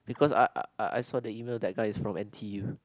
because I I I I saw the email that guy is from n_t_u